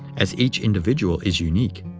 as each individual is unique.